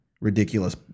ridiculous